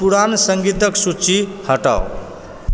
पुरान सङ्गीतक सूची हटाउ